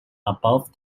above